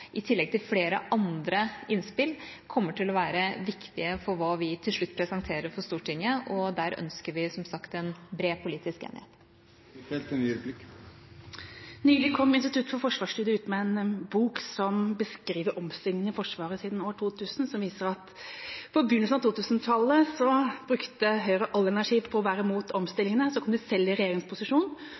i tillegg til flere andre innspill kommer til å være viktig for hva vi til slutt presenterer for Stortinget, og der ønsker vi som sagt en bred politisk enighet. Nylig kom Institutt for forsvarsstudier ut med en bok som beskriver omstillingen i Forsvaret siden 2000, som viser at på begynnelsen av 2000-tallet brukte Høyre all energi på å være imot omstillingene. Så kom de selv i regjeringsposisjon